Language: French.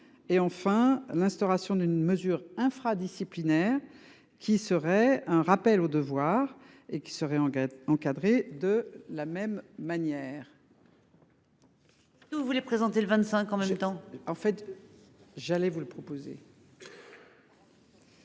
et enfin l'instauration d'une mesure infra-disciplinaire qui serait un rappel au devoir et qui serait en encadrée de la même manière. Vous voulez présenter le 25 en même temps en fait. J'allais vous le proposer.